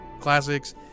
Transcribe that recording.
classics